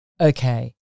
Okay